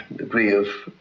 degree of